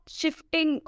shifting